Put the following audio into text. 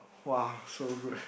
!wah! so good